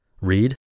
Read